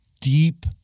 deep